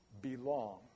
belong